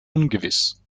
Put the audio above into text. ungewiss